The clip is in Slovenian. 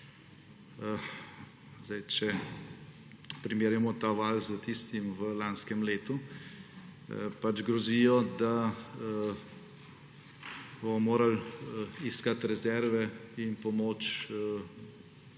če primerjamo ta val s tistim v lanskem letu, grozijo, da bomo morali iskati rezerve in pomoč.